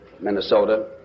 Minnesota